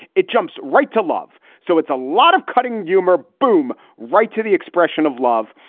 it jumps right to love. so it's a lot of cutting humor. boom, right to the expression of love.